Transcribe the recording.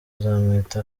nzamwita